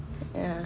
ya